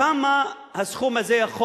כמה הסכום הזה יכול